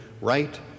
right